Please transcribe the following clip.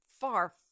far